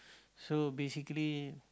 so basically